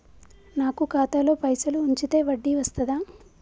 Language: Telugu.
నాకు ఖాతాలో పైసలు ఉంచితే వడ్డీ వస్తదా?